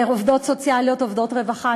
לעובדות סוציאליות, עובדות רווחה.